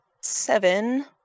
Seven